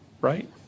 Right